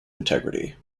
integrity